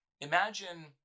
imagine